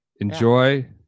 Enjoy